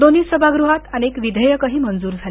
दोन्ही सभागृहांत अनेक विधेयकही मंजूर झाली